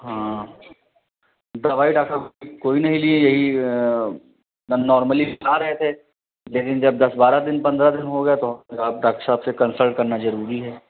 हाँ दवाई डॉक्ट साब कोई नहीं ली है यही बस नॉर्मली सुना रहे थे लेकिन जब दस बारह दिन पंद्रह दिन हो गए तो हमें लगा अब डॉक्ट साब से कंसल्ट करना जरूरी है